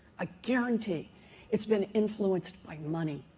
i guarantee it's been influenced by money.